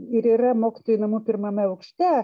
ir yra mokytojų namų pirmame aukšte